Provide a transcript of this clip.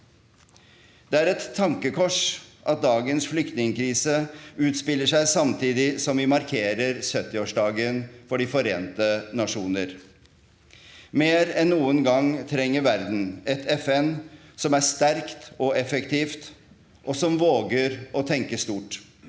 Det er et tankekors at dagens flyktningkrise utspiller seg samtidig som vi markerer 70årsdagen for De forente nasjoner. Mer enn noen gang trenger verden et FN som er sterkt og effektivt, og som våger å tenke stort.